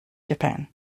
japan